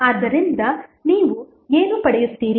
ಆದ್ದರಿಂದ ನೀವು ಏನು ಪಡೆಯುತ್ತೀರಿ